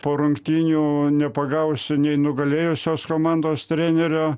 po rungtynių nepagausi nei nugalėjusios komandos trenerio